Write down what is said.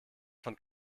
von